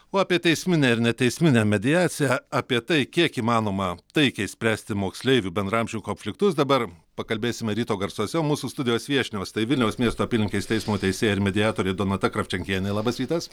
o apie teisminę ir neteisminę mediaciją apie tai kiek įmanoma taikiai spręsti moksleivių bendraamžių konfliktus dabar pakalbėsime ryto garsuose mūsų studijos viešnios tai vilniaus miesto apylinkės teismo teisėja ir mediatorė donata kravčenkienė labas rytas